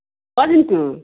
অঁ জিণ্টু